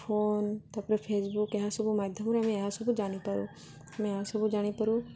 phone ତା'ପରେ Facebook ଏହାସବୁ ମାଧ୍ୟମରେ ଆମେ ଏହାସବୁ ଜାଣିପାରୁ ଆମେ ଏହାସବୁ ଜାଣିପାରୁ